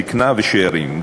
זיקנה ושאירים,